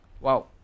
wow